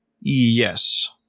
Yes